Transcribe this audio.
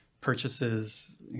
purchases